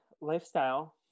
lifestyle